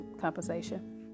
compensation